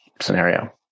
scenario